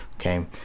okay